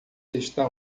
está